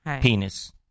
Penis